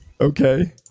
Okay